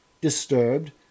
disturbed